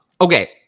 okay